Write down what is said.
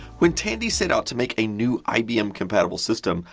when tandy set out to make a new ibm compatible system,